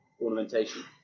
ornamentation